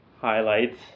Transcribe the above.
highlights